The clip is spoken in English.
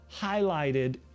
highlighted